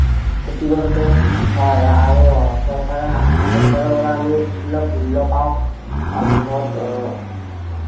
খেতি কৰোঁতে সহায় হয় আৰু চৰকাৰে চৰকাৰৰ পৰা আমি সুলভ মূল্য পাওঁ তাৰপিছত